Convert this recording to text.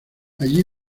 allí